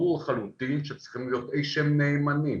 ברור לחלוטין שצריכים להיות אילו שהם נאמנים,